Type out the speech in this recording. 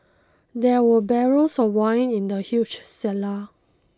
there were barrels of wine in the huge cellar